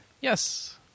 Yes